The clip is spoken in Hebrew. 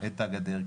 את הגדר.